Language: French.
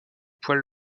poils